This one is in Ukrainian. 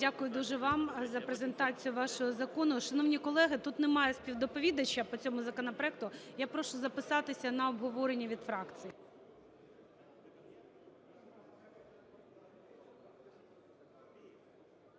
Дякую дуже вам за презентацію вашого закону. Шановні колеги, тут немає співдоповідача по цьому законопроекту. Я прошу записатися на обговорення від фракцій.